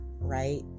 right